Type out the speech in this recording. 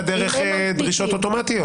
זה נעשה דרך דרישות אוטומטיות.